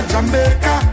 Jamaica